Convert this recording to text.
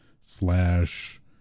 slash